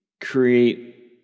create